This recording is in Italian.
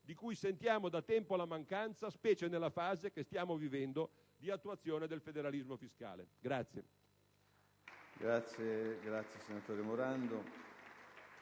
di cui sentiamo da tempo la mancanza, specie nella fase che stiamo vivendo di attuazione del federalismo fiscale.